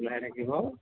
ওলাই থাকিব